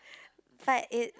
but it